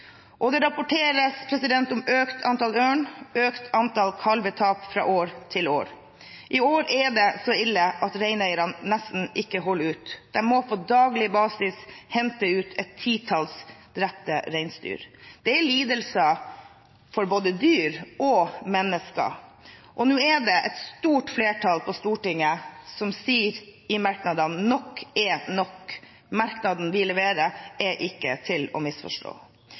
Det rapporteres om økt antall ørn og økt antall kalvetap fra år til år. I år er det så ille at reineierne nesten ikke holder ut. De må på daglig basis hente ut et titall drepte reinsdyr. Det er lidelser for både dyr og mennesker. Nå er det et stort flertall på Stortinget som sier i merknadene at nok er nok. Merknadene vi leverer, er ikke til å misforstå.